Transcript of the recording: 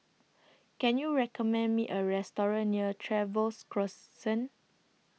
Can YOU recommend Me A Restaurant near Trevose Crescent